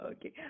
Okay